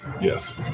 Yes